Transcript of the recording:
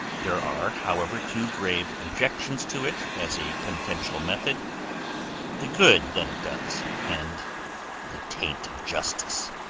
there are, however, two grave objections to it as a penitential method the good that it does and the taint of justice.